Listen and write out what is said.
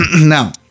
now